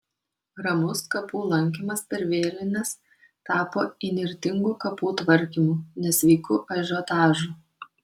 ramus kapų lankymas per vėlines tapo įnirtingu kapų tvarkymu nesveiku ažiotažu